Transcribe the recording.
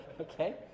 okay